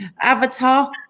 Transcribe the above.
Avatar